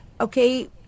okay